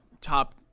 top